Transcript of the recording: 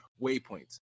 waypoints